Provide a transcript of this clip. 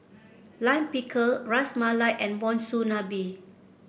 Lime Pickle Ras Malai and Monsunabe